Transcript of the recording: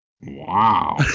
Wow